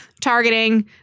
targeting